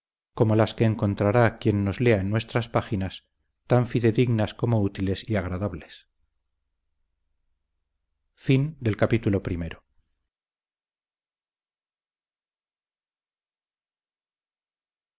como las que encontrará quien nos lea en nuestras páginas tan fidedignas como útiles y agradables